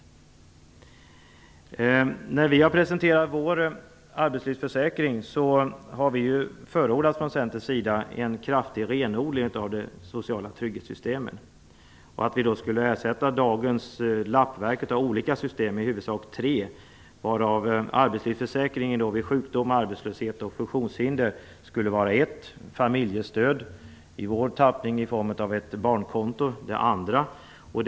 När vi från Centerns sida har presenterat vårt förslag till arbetslivsförsäkring har vi förordat en kraftig renodling av de sociala trygghetssystemen och att dagens lappverk av olika system ersätts med i huvudsak tre system, varav arbetslivsförsäkring vid sjukdom, arbetslöshet och funktionshinder skulle vara ett. Familjestöd, i vår tappning, i form av ett barnkonto skulle vara det andra.